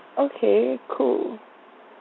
okay cool